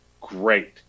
great